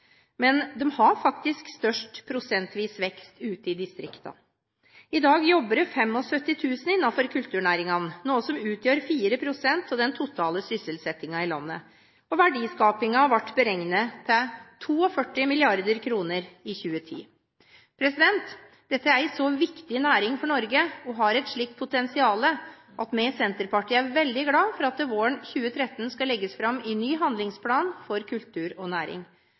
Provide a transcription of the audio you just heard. men de har faktisk størst prosentvis vekst ute i distriktene. I dag jobber det 75 000 innenfor kulturnæringene, noe som utgjør 4 pst. av den totale sysselsettingen i landet. Verdiskapingen ble beregnet til 42 mrd. kr i 2010. Dette er en så viktig næring for Norge, og har et slikt potensial, at vi i Senterpartiet er veldig glad for at det våren 2013 skal legges fram en ny handlingsplan for kultur og næring.